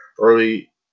early